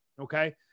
Okay